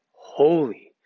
Holy